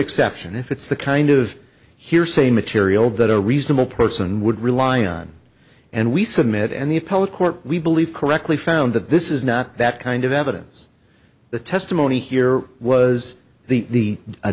exception if it's the kind of hearsay material that a reasonable person would rely on and we submit and the appellate court we believe correctly found that this is not that kind of evidence the testimony here was the